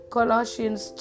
Colossians